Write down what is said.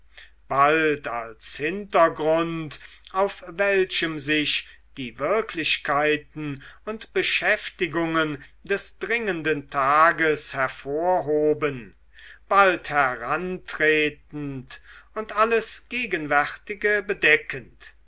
bald als hintergrund auf welchem sich die wirklichkeiten und beschäftigungen des dringenden tages hervorhoben bald herantretend und alles gegenwärtige bedeckend